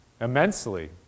immensely